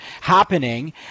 happening